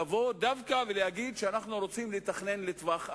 אי-אפשר לבוא ולהגיד שאנחנו רוצים לתכנן לטווח ארוך.